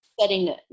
Setting